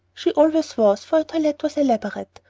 she always was, for her toilet was elaborate,